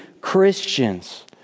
Christians